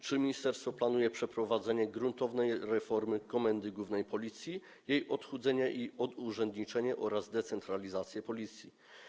Czy ministerstwo planuje przeprowadzenie gruntownej reformy Komendy Głównej Policji, jej odchudzenie i odurzędniczenie oraz decentralizację Policji?